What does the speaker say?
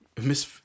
Miss